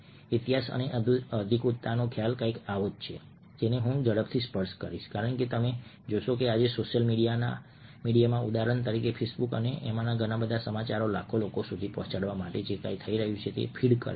ઈતિહાસ અને અધિકૃતતાનો ખ્યાલ કંઈક એવો છે જેને હું ઝડપથી સ્પર્શ કરીશ કારણ કે તમે જોશો કે આજે સોશિયલ મીડિયામાં ઉદાહરણ તરીકે ફેસબુક અને આમાંના ઘણા સમાચાર લાખો લોકો સુધી પહોંચવા માટે જે કંઈ થઈ રહ્યું છે તે ફીડ કરે છે